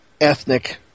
ethnic